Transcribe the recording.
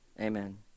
Amen